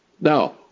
Now